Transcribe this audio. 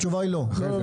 התשובה היא לא.